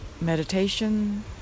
meditation